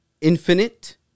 infinite